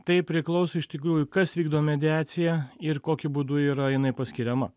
tai priklauso iš tikrųjų kas vykdo mediaciją ir kokiu būdu yra jinai paskiriama